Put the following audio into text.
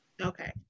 Okay